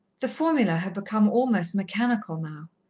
the formula had become almost mechanical now.